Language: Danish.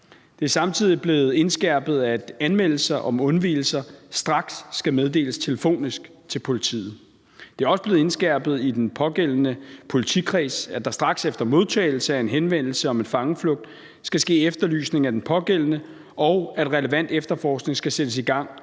Det er samtidig blevet indskærpet, at anmeldelser om undvigelser straks skal meddeles telefonisk til politiet. Det er også blevet indskærpet i den pågældende politikreds, at der straks efter modtagelsen af en henvendelse om en fangeflugt skal ske efterlysning af den pågældende, og at relevant efterforskning skal sættes i gang